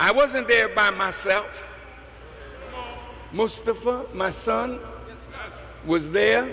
i wasn't there by myself most of my son was there